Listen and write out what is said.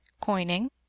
Coining